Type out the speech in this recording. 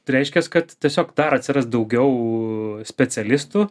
reiškias kad tiesiog dar atsiras daugiau specialistų